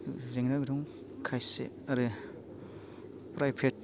जेंनाबो दं खायसे आरो प्राइभेट